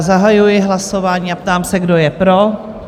Zahajuji hlasování a ptám se, kdo je pro?